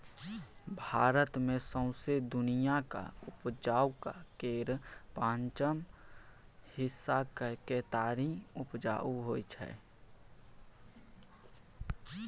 भारत मे सौंसे दुनियाँक उपजाक केर पाँचम हिस्साक केतारी उपजाएल जाइ छै